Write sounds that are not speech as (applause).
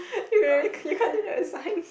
(laughs) you really you can't do that in science